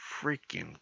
freaking